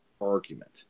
argument